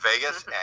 Vegas